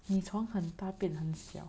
你从很大变得很小